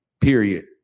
Period